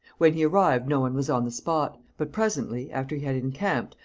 when he arrived no one was on the spot but presently, after he had encamped,